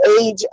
age